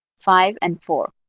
five and four.